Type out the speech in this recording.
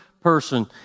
person